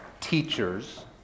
teachers